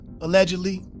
allegedly